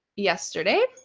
yesterday.